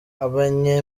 gushora